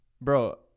Bro